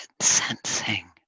sensing